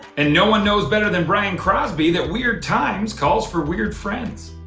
and no one knows better than brian crosby that weird times calls for weird friends.